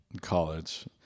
college